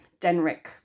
Denric